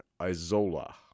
Isola